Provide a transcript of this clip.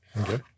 Okay